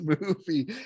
movie